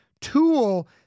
tool